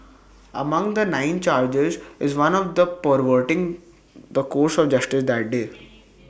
among the nine charges is one of perverting the course of justice that day